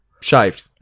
Shaved